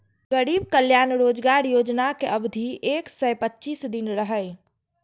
गरीब कल्याण रोजगार योजनाक अवधि एक सय पच्चीस दिन रहै